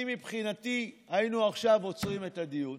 אני, מבחינתי, היינו עכשיו עוצרים את הדיון